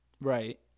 Right